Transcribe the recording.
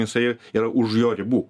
jisai yra už jo ribų